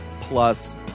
Plus